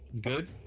good